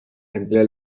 emplea